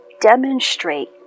demonstrate